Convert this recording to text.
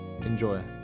Enjoy